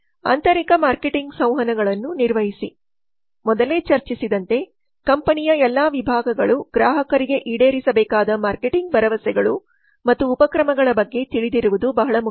ಆಂತರಿಕ ಮಾರ್ಕೆಟಿಂಗ್ಸಂವಹನಗಳನ್ನು ನಿರ್ವಹಿಸಿ ಮೊದಲೇ ಚರ್ಚಿಸಿದಂತೆ ಕಂಪನಿಯ ಎಲ್ಲಾ ವಿಭಾಗಗಳು ಗ್ರಾಹಕರಿಗೆ ಈಡೇರಿಸಬೇಕಾದ ಮಾರ್ಕೆಟಿಂಗ್ಭರವಸೆಗಳು ಮತ್ತು ಉಪಕ್ರಮಗಳ ಬಗ್ಗೆ ತಿಳಿದಿರುವುದು ಬಹಳ ಮುಖ್ಯ